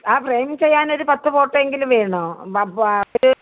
ആ ഫ്രെയിം ചെയ്യാനൊരു പത്ത് ഫോട്ടോ എങ്കിലും വേണം അപ്പോൾ അവർ